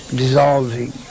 dissolving